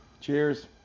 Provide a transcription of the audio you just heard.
Cheers